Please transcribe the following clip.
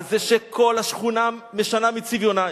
על זה שכל השכונה משנה מצביונה,